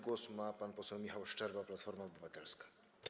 Głos ma pan poseł Michał Szczerba, Platforma Obywatelska.